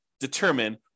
determine